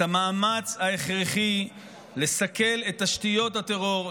המאמץ ההכרחי לסכל את תשתיות הטרור,